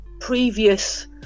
previous